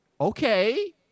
Okay